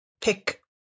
pick